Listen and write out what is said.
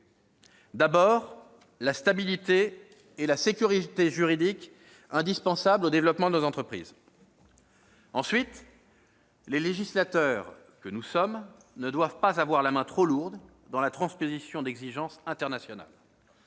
veiller à la stabilité et à la sécurité juridique indispensables au développement des entreprises. Ensuite, les législateurs que nous sommes ne doivent pas avoir la main trop lourde dans la transposition d'exigences internationales.